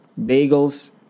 Bagels